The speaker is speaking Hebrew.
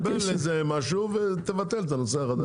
תקבל משהו ותבטל את הנושא החדש.